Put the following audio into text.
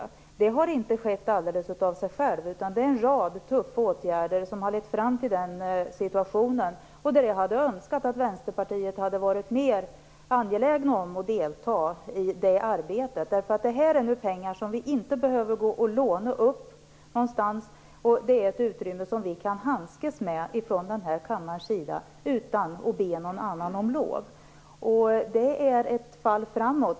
Men det har inte skett alldeles av sig självt, utan det är fråga om en rad tuffa åtgärder som har lett fram till denna situation. Vi hade önskat att Vänsterpartiet hade varit mer angeläget om att delta i det arbetet. Dessa pengar behöver vi inte gå ut och låna upp. Det är ett utrymme som vi här i kammaren kan handskas med utan att be någon annan om lov, och det är ett fall framåt.